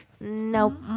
Nope